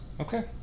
Okay